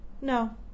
No